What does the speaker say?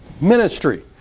ministry